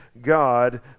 God